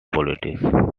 politics